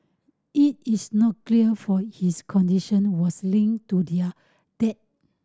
it is not clear for his condition was linked to their death